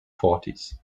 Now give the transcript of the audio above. forties